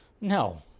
No